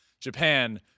Japan